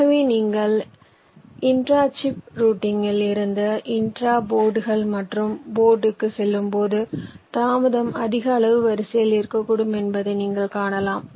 ஆகவே நீங்கள் intra chip ரூட்டிங்கில் இருந்து இன்ட்ரா போர்டுகள் மற்றும் போர்டுக்கு செல்லும்போது தாமதம் அதிக அளவு வரிசையில் இருக்கக்கூடும் என்பதை நீங்கள் காணலாம்